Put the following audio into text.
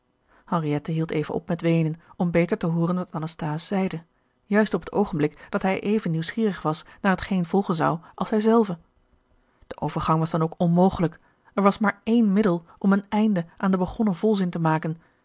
henriette hield even op met weenen om beter te hooren wat anasthase zeide juist op het oogenblik dat hij even nieuwsgierig was naar hetgeen volgen zou als zij zelve de overgang was dan ook onmogelijk er was maar één middel om een einde aan den begonnen volzin te maken